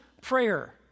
prayer